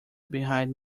behind